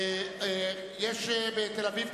יש בתל-אביב,